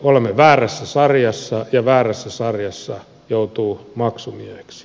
olemme väärässä sarjassa ja väärässä sarjassa joutuu maksumieheksi